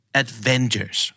adventures